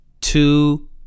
Two